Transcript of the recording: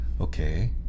Okay